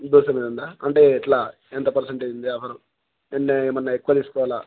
దోసం మీద ఉందా అంటే ఎట్లా ఎంత పర్సెంటేజ్ ఉంది ఆఫర్ ఎన్న ఏమన్నా ఎక్కువ తీసుకోవాలా